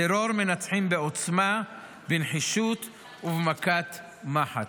טרור מנצחים בעוצמה, בנחישות ובמכת מחץ.